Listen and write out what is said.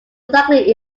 likely